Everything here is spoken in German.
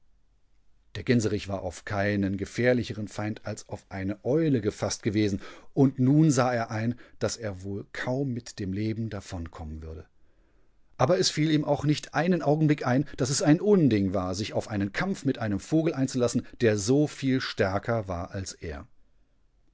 der gänserich war auf keinen gefährlicheren feind als auf eine eule gefaßt gewesen und nun sah er ein daß er wohl kaum mit dem leben davon kommenwürde aberesfielihmauchnichteinenaugenblickein daßesein unding war sich auf einen kampf mit einem vogel einzulassen der so viel stärkerwaralser der